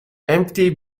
empty